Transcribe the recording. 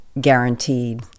guaranteed